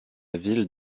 ville